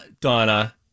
Donna